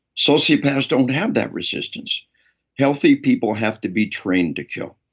sociopaths don't have that resistance healthy people have to be trained to kill.